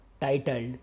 titled